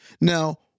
Now